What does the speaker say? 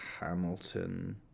Hamilton